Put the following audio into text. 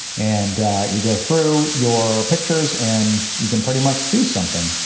and you go through your pictures and you can pretty much choose something.